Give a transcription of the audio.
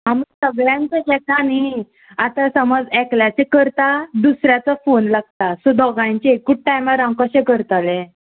आमी सगळ्यांचे घेता न्ही आतां समज एकल्याचे करता दुसऱ्याचो फोन लागता सो दोगांयचें एकूच टायमार हांव कशें करतलें